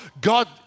God